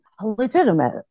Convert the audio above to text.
legitimate